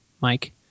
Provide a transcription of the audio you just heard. Mike